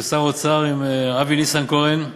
של שר האוצר עם אבי ניסנקורן,